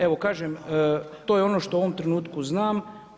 Evo, kažem, to je ovo što u ovom trenutku znam.